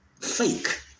fake